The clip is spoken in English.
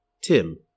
Tim